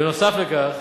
נוסף על כך,